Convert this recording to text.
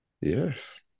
Yes